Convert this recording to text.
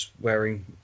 wearing